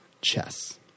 chess